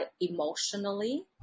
emotionally